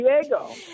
Diego